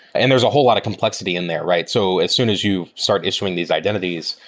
and there's a whole lot of complexity in there, right? so as soon as you start issuing these identities,